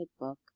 book